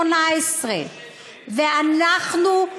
את רוצה להכניס לבתי-סוהר בני 13. ואנחנו נפעל,